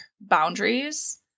boundaries